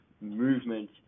movement